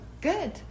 Good